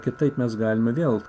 kitaip mes galime vėl